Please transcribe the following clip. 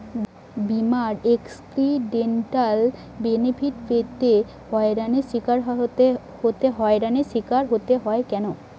বিমার accidental benefit পেতে হয়রানির স্বীকার হতে হয় কেন?